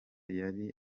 yari